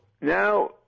now